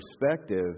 perspective